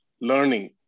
learning